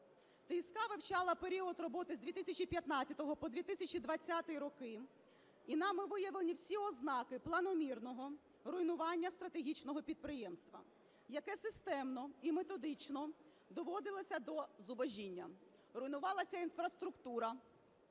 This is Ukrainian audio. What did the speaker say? ТСК вивчала період роботи з 2015 по 2020 роки, і нами виявлені всі ознаки планомірного руйнування стратегічного підприємства, яке системно і методично доводилося до зубожіння, руйнувалася інфраструктура,